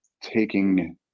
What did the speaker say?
taking